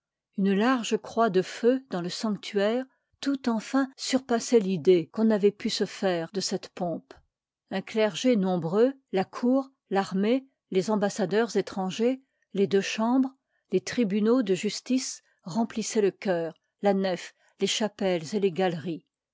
une large croix de feu dans le sanctuaire tout enfin surpassoit tidëe qu'on avoit pu se faire de cette pompe un clergé ilvpxrtv nombreux la cour rarmée les ambassadeurs étrangers j les deux chambres ei tribunaux de justice remplissoient le chœur lanefles chapelles et les galeries